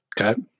Okay